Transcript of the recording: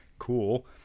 cool